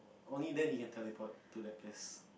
only then he can teleport to that place